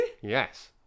Yes